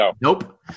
Nope